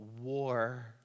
war